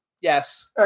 Yes